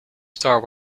star